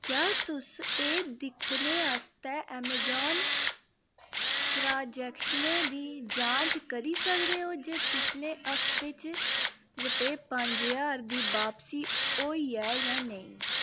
क्या तुस एह् दिक्खने आस्तै अमेज़ॉन ट्रांज़ैक्शनें दी जांच करी सकदे ओ जे पिछले हफ्ते च रपे पंज ज्हार दी बापसी होई ऐ जां नेईं